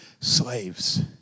slaves